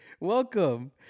Welcome